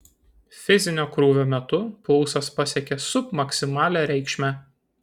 fizinio krūvio metu pulsas pasiekė submaksimalią reikšmę